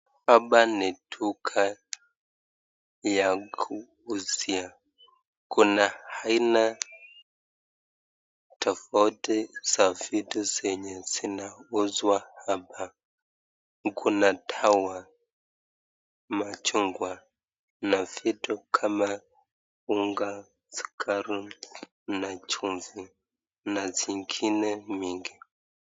Hapa ni duka ya kuuzia. Kuna aina tofauti za vitu zenye zinauzwa hapa. Kuna dawa, machungwa na vitu kama unga, sukari na chumvi na zingine mingi.